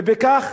ובכך